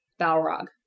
balrog